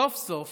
סוף-סוף